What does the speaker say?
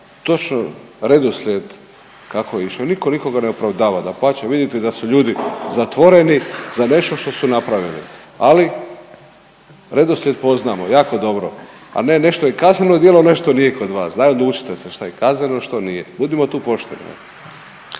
točno redoslijed kako je išlo. Nitko nikoga ne opravdava. Dapače, vidite da su ljudi zatvoreni za nešto što su napravili. Ali redoslijed poznamo jako dobro, a ne nešto je kazneno djelo, nešto nije kod vas. Daj odlučite se šta je kazneno, što nije. Budimo tu pošteni.